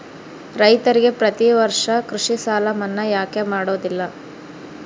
ರೈತರಿಗೆ ಪ್ರತಿ ವರ್ಷ ಕೃಷಿ ಸಾಲ ಮನ್ನಾ ಯಾಕೆ ಮಾಡೋದಿಲ್ಲ?